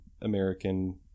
American